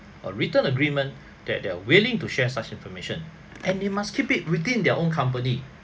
a written agreement that they're willing to share such information and they must keep it within their own company